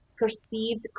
perceived